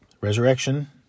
Resurrection